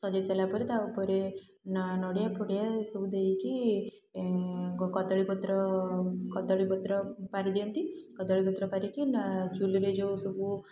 ସଜେଇ ସାରିଲାପରେ ତା' ଉପରେ ନଡ଼ିଆ ଫଡ଼ିଆ ଏସବୁ ଦେଇକି କଦଳୀପତ୍ର କଦଳୀପତ୍ର ପାରିଦିଅନ୍ତି କଦଳୀପତ୍ର ପାରିକି ଚୁଲିରେ ଯେଉଁ ସବୁ